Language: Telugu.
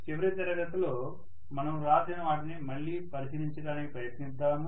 చివరి తరగతిలో మనము వ్రాసిన వాటిని మళ్ళీ పరిశీలించడానికి ప్రయత్నిద్దాం